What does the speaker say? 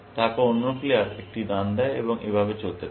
তারপর অন্য প্লেয়ার একটি দান দেয় এবং এভাবে চলতে থাকে